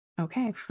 okay